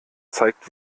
zeigt